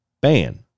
ban